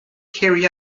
carry